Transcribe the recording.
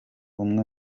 umwe